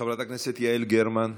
חברת הכנסת יעל גרמן,